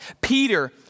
Peter